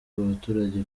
abaturage